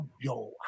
yo